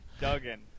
Duggan